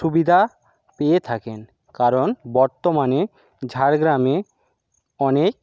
সুবিধা পেয়ে থাকেন কারণ বর্তমানে ঝাড়গ্রামে অনেক